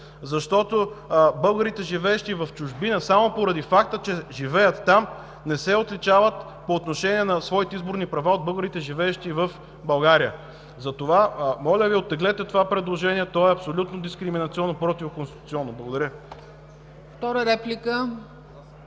защото българите, живеещи в чужбина, само поради факта, че живеят там, не се отличават по отношение на своите изборни права, от българите, живеещи в България, затова, моля Ви, оттеглете това предложение. То е абсолютно дискриминационно и противоконституционно. Благодаря. ПРЕДСЕДАТЕЛ